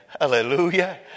Hallelujah